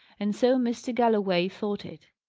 and so mr. galloway thought it.